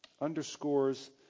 Underscores